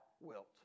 wilt